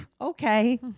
Okay